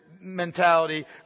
mentality